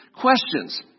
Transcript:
questions